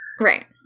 Right